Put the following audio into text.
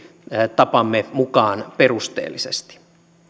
tapamme mukaan perusteellisesti